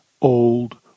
old